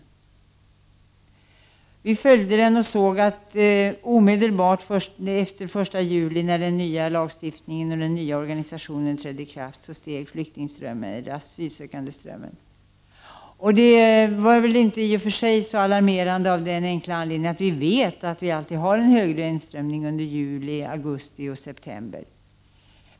Regeringen följde den och såg att asylsökandeströmmen omedelbart efter den 1 juli, när den nya lagen och den nya organisationen trädde i kraft, ökade. Det var i och för sig inte så alarmerande av den enkla anledningen att vi vet att det blev en större tillströmning under juli, augusti och september.